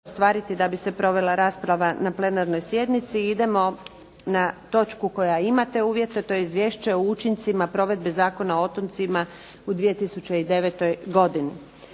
da bi se provela rasprava na plenarnoj sjednici. Idemo na točku koja ima te uvjete, a to je - Izvješće o učincima provedbe Zakona o otocima u 2009. godini